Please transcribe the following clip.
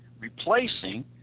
replacing